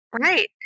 Right